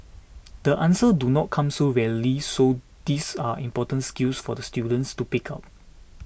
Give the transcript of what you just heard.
the answers do not come so readily so these are important skills for the students to pick up